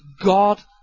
God